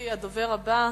הדובר הבא,